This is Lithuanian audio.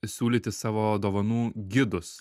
siūlyti savo dovanų gidus